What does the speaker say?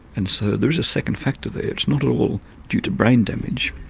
and so there is a second factor there, it's not all due to brain damage.